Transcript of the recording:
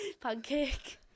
pancake